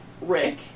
Rick